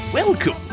Welcome